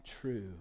true